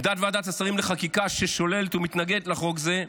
עמדת ועדת השרים לחקיקה, ששוללת ומתנגדת לחוק זה,